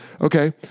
okay